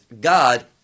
God